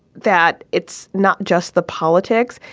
that it's not just the politics.